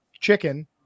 chicken